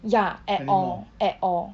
ya at all at all